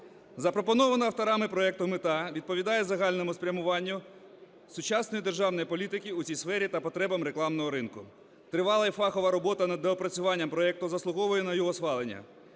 Запропонована авторами проекту мета відповідає загальному спрямуванню сучасної державної політики у цій сфері та потребам рекламного ринку. Тривала і фахова робота над доопрацюванням проекту заслуговує на його схвалення.